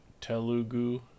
Telugu